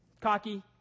cocky